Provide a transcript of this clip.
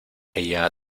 ella